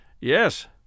Yes